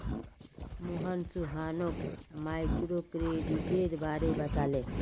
मोहन सोहानोक माइक्रोक्रेडिटेर बारे बताले